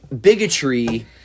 bigotry